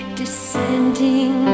descending